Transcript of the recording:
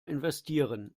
investieren